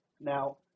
Now